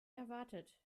erwartet